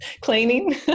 Cleaning